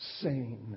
sane